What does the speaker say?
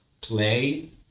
play